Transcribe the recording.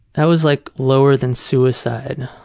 that was like lower than suicide.